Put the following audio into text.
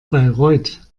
bayreuth